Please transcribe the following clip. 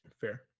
fair